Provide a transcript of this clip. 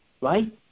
right